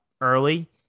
early